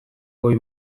goi